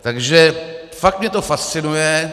Takže fakt mě to fascinuje.